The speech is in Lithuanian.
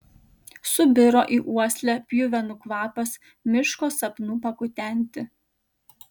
subiro į uoslę pjuvenų kvapas miško sapnų pakutenti